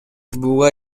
буга